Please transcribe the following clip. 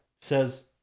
says